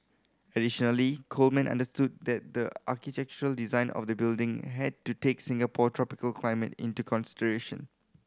additionally Coleman understood that the architectural design of the building had to take Singapore's tropical climate into consideration